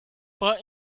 but